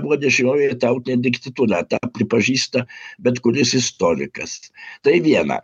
buvo dešinioji tautinė diktatūra tą pripažįsta bet kuris istorikas tai viena